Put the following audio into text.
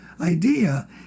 idea